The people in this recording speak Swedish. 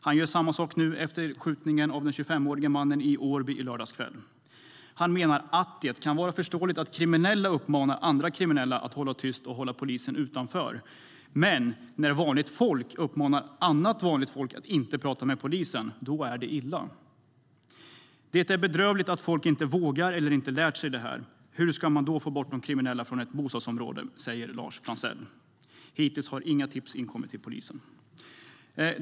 Han gör samma sak nu, efter skjutningen av den 25-årige mannen i Årby i lördags kväll. Franzell menar att det kan vara förståeligt om kriminella uppmanar andra kriminella att hålla tyst . och att hålla polisen utanför. - Men när vanligt folk uppmanar annat vanligt folk att inte prata med polisen... ja då är det illa . säger han. Det är bedrövligt att folk inte vågar eller inte har lärt sig det här. Hur ska man då kunna få bort kriminella från ett område, undrar Lars Franzell. - Hittills har polisen inte fått in ett enda tips."